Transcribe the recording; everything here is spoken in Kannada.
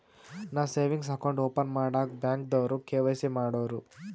ನಾ ಸೇವಿಂಗ್ಸ್ ಅಕೌಂಟ್ ಓಪನ್ ಮಾಡಾಗ್ ಬ್ಯಾಂಕ್ದವ್ರು ಕೆ.ವೈ.ಸಿ ಮಾಡೂರು